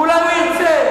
ואולי הוא ירצה.